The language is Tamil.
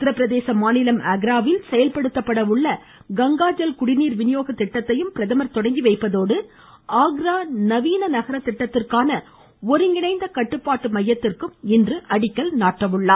உத்தரபிரதேச மாநிலம் ஆக்ராவில் செயல்படுத்தப்பட உள்ள கங்காஜல் குடிநீர் விநியோக திட்டத்தையும் பிரதமர் தொடங்கி வைப்பதோடு ஆக்ரா நவீன நகர திட்டத்திற்கான ஒருங்கிணைந்த கட்டுப்பாட்டு மையத்திற்கும் அடிக்கல் நாட்டுகிறார்